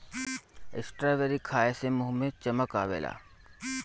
strawberry खाए से मुंह पे चमक आवेला